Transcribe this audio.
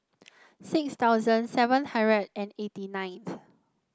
six thousand seven hundred and eighty ninth